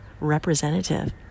representative